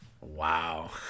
Wow